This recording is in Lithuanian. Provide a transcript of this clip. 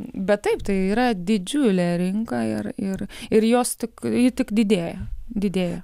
bet taip tai yra didžiulė rinka ir ir ir jos tik ji tik didėja didėja